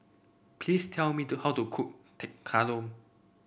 please tell me to how to cook Tekkadon